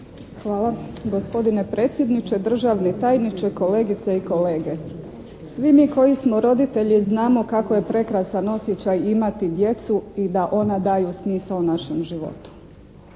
Hvala gospodine predsjedniče, državni tajniče, kolegice i kolege. Svi mi koji smo roditelji znamo kako je prekrasan osjećaj imati djecu i da ona daju smisao našem životu.